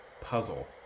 puzzle